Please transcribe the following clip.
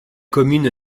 commune